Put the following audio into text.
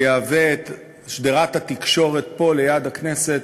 שתהווה את שדרת התקשורת פה, ליד הכנסת,